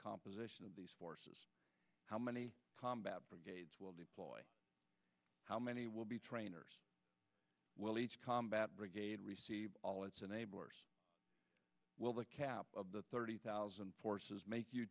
composition of these forces how many combat brigades will deploy how many will be trainers will each combat brigade receive all its enablers will the cap of the thirty thousand forces make you